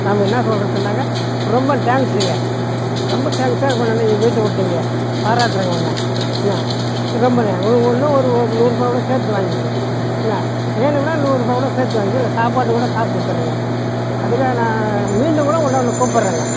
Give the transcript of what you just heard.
நம்ம என்ன சொல்கிறதுன்னாக்கா ரொம்ப டேங்க்ஸுங்க ரொம்ப டேங்க்ஸ் சார் கொண்டாந்து இங்கே வீட்டில் விட்டீங்க பாராட்டுறேங்க உன்ன என்னை ரொம்பனே ஒரு ஒரு இன்னும் ஒரு ஒரு ஒரு நூறுபாய் கூட சேர்த்து வாங்கிக்கிங்க என்ன வேணும்னா நூறுபா கூட சேர்த்து வாங்கிக்கிங்க இல்லை சாப்பாட்டுக் கூட காசு கொடுத்துர்றேங்க அதுக்காக நான் மீண்டும் கூட உங்கட்ட வந்து கூப்புடுறேங்க